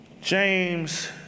James